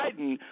Biden